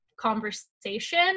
conversation